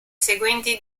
seguenti